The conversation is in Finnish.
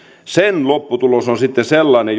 sen lopputulos on sitten sellainen